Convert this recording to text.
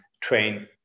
train